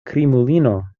krimulino